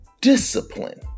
Discipline